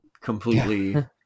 completely